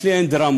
אצלי אין דרמות,